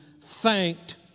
thanked